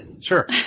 Sure